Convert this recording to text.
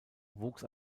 wuchs